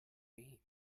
mean